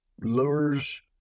lures